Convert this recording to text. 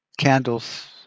candles